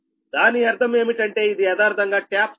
దాని అర్థం ఏమిటంటే ఇది యదార్ధంగా ట్యాప్ స్థానం